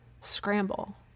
scramble